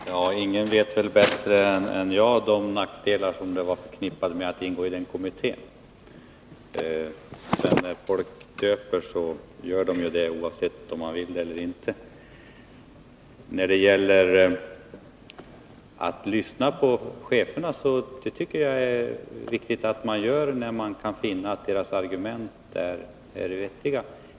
Herr talman! Ingen vet väl bättre än jag vilka nackdelar som var förknippade med att ingå i den här kommittén. När folk döper, så gör de detta, oavsett om man vill det eller inte. Jag tycker det är riktigt att lyssna på cheferna, när man kan finna att deras argument är vettiga.